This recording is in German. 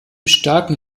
starken